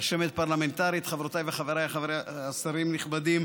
רשמת פרלמנטרית, חברותיי וחבריי, שרים נכבדים,